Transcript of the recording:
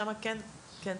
שם כן צריך.